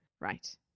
right